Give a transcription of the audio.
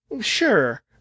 sure